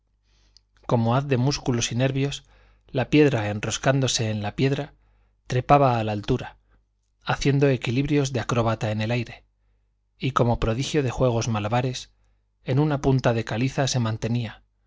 como haz de músculos y nervios la piedra enroscándose en la piedra trepaba a la altura haciendo equilibrios de acróbata en el aire y como prodigio de juegos malabares en una punta de caliza se mantenía